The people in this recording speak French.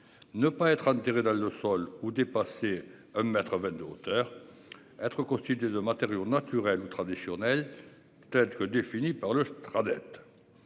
Ne pas être enterré dans le sol ou dépasser un mètre 20 de hauteur. Être constituées de matériaux naturels ou traditionnels tels que définis par le train,